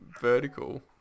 vertical